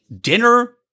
dinner